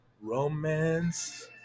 Romance